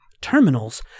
terminals